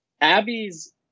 Abby's